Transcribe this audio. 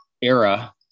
era